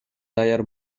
даяр